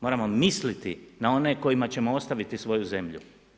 Moramo misliti na one kojima ćemo ostaviti svoju zemlju.